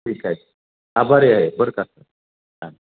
ठीक आहे आभारी आहे बरं का हां